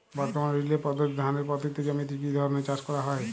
বর্তমানে রিলে পদ্ধতিতে ধানের পতিত জমিতে কী ধরনের চাষ করা হয়?